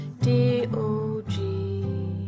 D-O-G